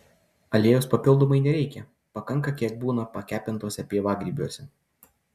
aliejaus papildomai nereikia pakanka kiek būna pakepintuose pievagrybiuose